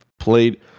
played